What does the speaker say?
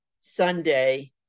Sunday